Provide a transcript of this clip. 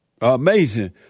Amazing